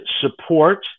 support